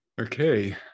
Okay